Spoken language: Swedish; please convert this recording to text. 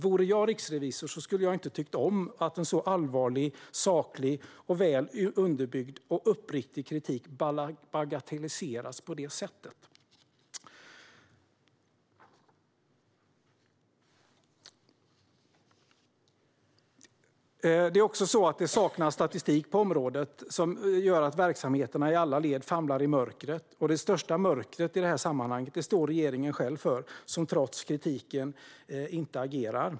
Vore jag riksrevisor skulle jag inte ha tyckt om att en så allvarlig, saklig, väl underbyggd och uppriktig kritik bagatelliseras på detta sätt. Det är också så att det saknas statistik på området, vilket gör att verksamheterna i alla led famlar i mörkret. Det största mörkret i detta sammanhang står regeringen själv för när den, trots kritiken, inte agerar.